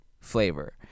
flavor